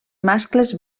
mascles